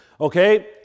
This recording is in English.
Okay